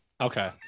Okay